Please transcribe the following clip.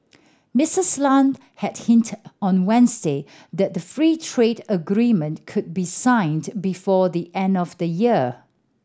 Missis Lam had hinted on Wednesday that the free trade agreement could be signed before the end of the year